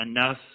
enough